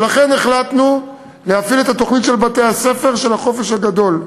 ולכן החלטנו להפעיל את התוכנית של בתי-הספר של החופש הגדול.